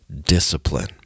discipline